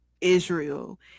Israel